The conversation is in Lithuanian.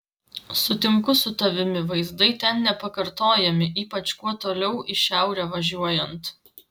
sutinku su tavimi vaizdai ten nepakartojami ypač kuo toliau į šiaurę važiuojant